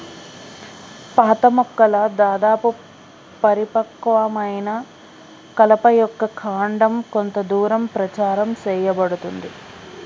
పాత మొక్కల దాదాపు పరిపక్వమైన కలప యొక్క కాండం కొంత దూరం ప్రచారం సేయబడుతుంది